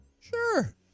Sure